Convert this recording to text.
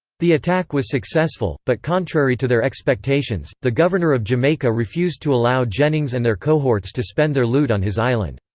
the attack was successful, but contrary to their expectations, the governor of jamaica refused to allow jennings and their cohorts to spend their loot on his island.